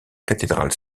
cathédrale